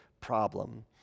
problem